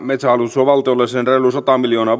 metsähallitus on valtiolle tuottanut sen reilu sata miljoonaa